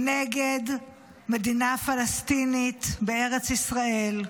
נגד מדינה פלסטינית בארץ ישראל.